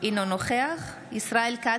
אינו נוכח ישראל כץ,